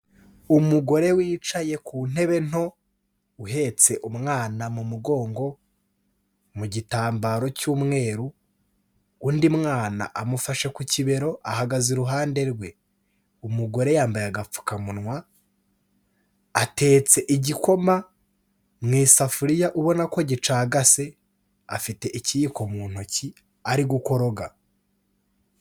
Umugore wicaye ku ntebe nto, uhetse umwana mu mugongo, mu gitambaro cy'umweru, undi mwana amufasha ku kibero ahagaze iruhande rwe, umugore yambaye agapfukamunwa, atetse igikoma mu isafuriya ubona ko gicagase, afite ikiyiko mu ntoki ari gukoroga.